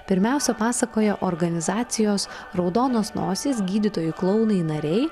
pirmiausia pasakoja organizacijos raudonos nosys gydytojų klounai nariai